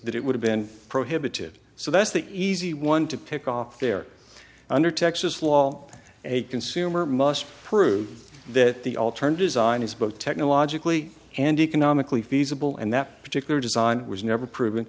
that it would have been prohibitive so that's the easy one to pick off there under texas law a consumer must prove that the alternatives on his boat technologically and economically feasible and that particular design was never proven